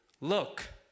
look